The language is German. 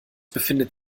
befindet